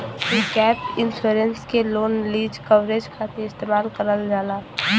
gap insurance के loan lease coverage खातिर इस्तेमाल करल जाला